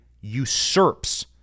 usurps